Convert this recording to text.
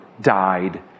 died